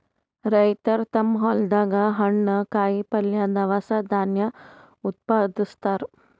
ರೈತರ್ ತಮ್ಮ್ ಹೊಲ್ದಾಗ ಹಣ್ಣ್, ಕಾಯಿಪಲ್ಯ, ದವಸ ಧಾನ್ಯ ಉತ್ಪಾದಸ್ತಾರ್